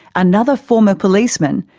another former policeman,